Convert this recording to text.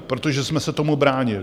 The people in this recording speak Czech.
Protože jsme se tomu bránili.